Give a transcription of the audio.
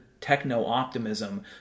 techno-optimism